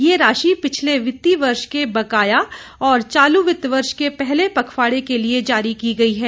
यह राशि पिछले वित्तीय वर्ष के बकाया और चालू वित्त वर्ष के पहले पखवाडे के लिए जारी की गई है